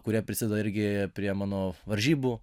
kurie prisideda irgi prie mano varžybų